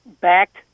backed